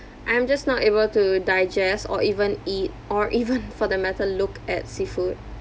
I'm just not able to digest or even eat or even for the matter look at seafood